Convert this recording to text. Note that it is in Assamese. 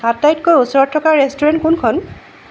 আটাইতকৈ ওচৰত থকা ৰেষ্টুৰেণ্ট কোনখন